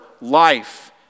life